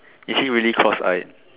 is he really cross eyed